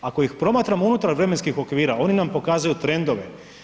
Ako ih promatramo unutar vremenskih okvira, oni nam pokazuju trendove.